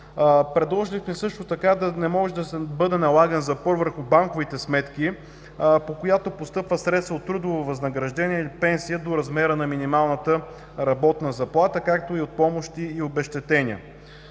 Предложили сме също така да не може да бъде налаган запор върху банковата сметка, по която постъпват средства от трудово възнаграждение или пенсия до размера на минималната работна заплата, както и от помощи и обезщетения.